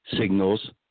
signals